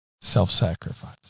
self-sacrifice